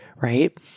right